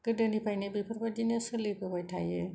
गोदोनिफ्रायनो बेफोरबायदिनो सोलिबोबाय थायो